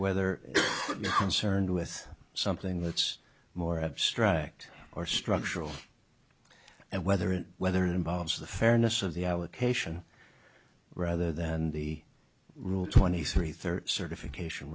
concerned with something that's more abstract or structural and whether it whether it involves the fairness of the allocation rather than the rule twenty three thirty certification